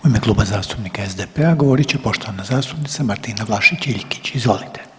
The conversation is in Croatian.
U ime Kluba zastupnika SDP-a govorit će poštovana zastupnica Martina Vlašić Iljkić, izvolite.